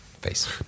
face